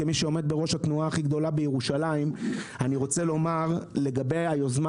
כמי שעומד בראש התנועה הכי גדולה בירושלים אני רוצה לומר לגבי היוזמה